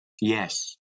yes